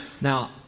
Now